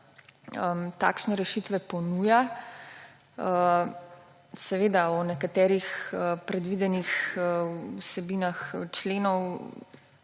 takšne rešitve ponuja. Seveda pa bomo o nekaterih predvidenih vsebinah členov